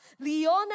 Leona